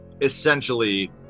essentially